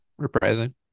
Reprising